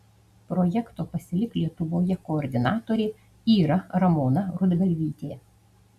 projekto pasilik lietuvoje koordinatorė yra ramona rudgalvytė